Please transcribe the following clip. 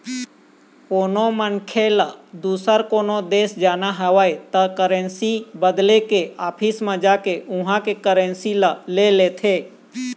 कोनो मनखे ल दुसर कोनो देश जाना हवय त करेंसी बदले के ऑफिस म जाके उहाँ के करेंसी ल ले लेथे